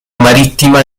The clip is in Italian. marittima